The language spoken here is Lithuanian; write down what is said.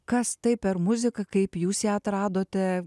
kas tai per muzika kaip jūs ją atradote